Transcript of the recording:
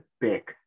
big